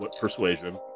persuasion